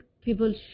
people